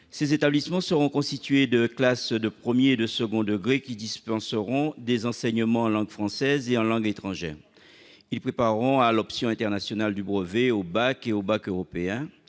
Ces établissements seront constitués de classes de premier et de second degré, qui dispenseront des enseignements en langue française et en langue étrangère. Ils prépareront à l'option internationale du brevet, au bac et au bac européen.